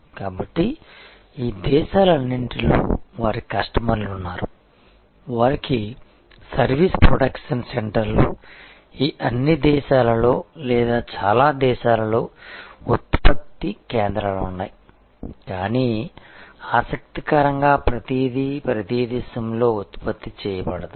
కాబట్టి ఈ దేశాలన్నింటిలో వారికి కస్టమర్లు ఉన్నారు వారికి సర్వీస్ ప్రొడక్షన్ సెంటర్లు ఈ అన్ని దేశాలలో లేదా చాలా దేశాలలో ప్రోడక్ట్ ని ఉత్పత్తి చేసే కేంద్రాలు ఉన్నాయి కానీ ఆసక్తికరంగా ప్రతిదీ ప్రతి ప్రదేశంలో ఉత్పత్తి చేయబడదు